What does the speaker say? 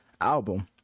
album